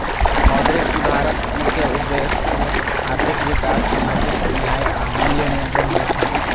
मौद्रिक सुधारक मुख्य उद्देश्य आर्थिक विकास, सामाजिक न्याय आ मूल्य नियंत्रण होइ छै